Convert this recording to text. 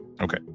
Okay